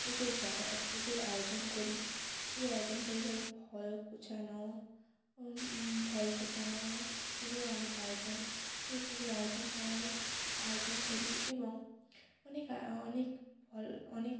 পুজোর পুজোর আয়োজন করি পুজোর আয়োজন করি যেমন ফল কুচানো ফল কুচানো পুজোর অনেক আয়োজন সেই পুজোর আয়োজন করার আয়োজন করি এবং অনেক অনেক ফল অনেক